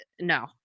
no